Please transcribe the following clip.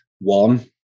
one